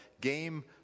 Game